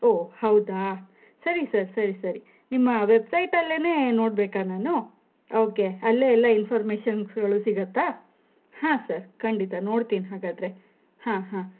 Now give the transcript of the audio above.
ಓ ಹೌದಾ ಸರಿ ಸರ್ ಸರಿ ಸರಿ ನಿಮ್ಮ ವೆಬ್ಸೈಟಲ್ಲೇ ನೋಡಬೇಕಾ ನಾನು ಓಕೆ ಅಲ್ಲೇ ಎಲ್ಲ ಇನ್ಫಾರ್ಮೇಷನ್ಸ್ಗಳು ಸಿಗತ್ತಾ ಹಾಂ ಸರ್ ಖಂಡಿತ ನೋಡ್ತೀನಿ ಹಾಗಾದರೆ ಹಾಂ ಹಾಂ